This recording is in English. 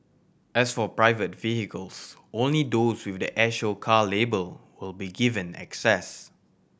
as for private vehicles only those with the air show car label will be given access